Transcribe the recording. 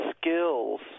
skills